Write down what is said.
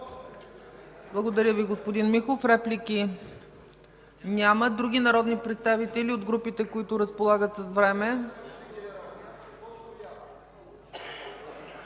Благодаря, Ви господин Михов. Реплики? Няма. Други народни представители от групите, които разполагат с време?